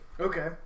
Okay